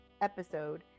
episode